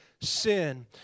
sin